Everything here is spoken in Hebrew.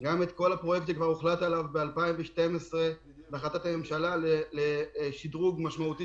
גם את כל הפרויקט שכבר הוחלט עליו ב-2012 בהחלטת הממשלה לשדרוג משמעותי